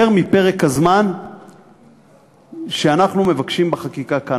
יותר מפרק הזמן שאנחנו מבקשים בחקיקה כאן.